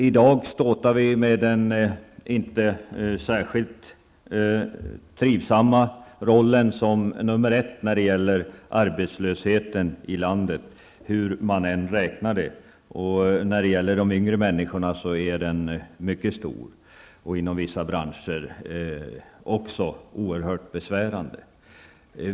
I dag ståtar vi med den inte särskilt trivsamma rollen som nr 1 i landet när det gäller arbetslöshet, hur man än räknar. När det gäller de yngre är arbetslösheten mycket stor och inom vissa branscher oerhört besvärande.